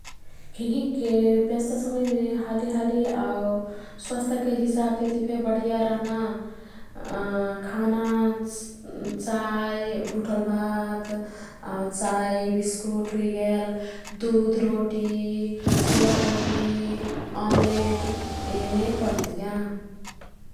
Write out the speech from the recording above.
भिन्हिकके ब्यस्त समयमे हालीहाली आऊ स्वस्थके हिसाबतितिफे बढिया रह्ना खाना चाई, भुठल भात, आऊ चाई बिस्कुट हुइगेल ढुध रोटी, चिल्ला रोटी, अम्लेट येने पर्तियाँ।